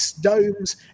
domes